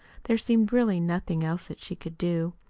there seemed really nothing else that she could do.